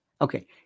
Okay